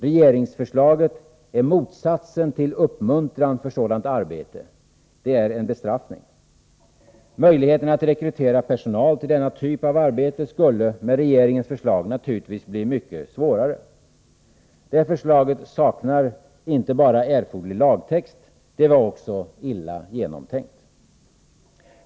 Regeringsförslaget är motsatsen till uppmuntran för sådant arbete — det är en bestraffning. Möjligheterna att rekrytera personal till denna typ av arbete skulle med regeringens förslag naturligtvis bli mycket svårare. Förslaget saknar inte bara erforderlig lagtext, det är också illa genomtänkt.